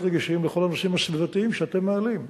רגישים לכל הנושאים הסביבתיים שאתם מעלים,